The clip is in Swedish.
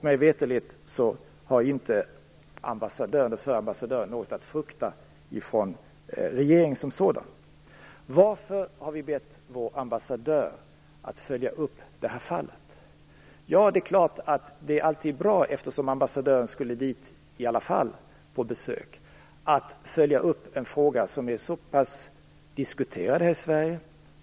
Mig veterligt har inte den förre ambassadören något att frukta från regeringen som sådan. Varför har vi bett vår ambassadör att följa upp det här fallet? Ja, det är klart att det alltid är bra - ambassadören skulle ju i alla fall dit på besök - att följa upp en fråga som är så pass diskuterad här i Sverige.